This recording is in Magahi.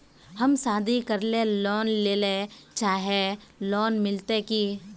हम शादी करले लोन लेले चाहे है लोन मिलते की?